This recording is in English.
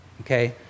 Okay